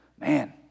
Man